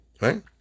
right